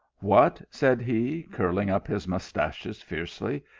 what! said he, curling up his mustachios fiercely,